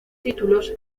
títulos